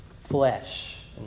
flesh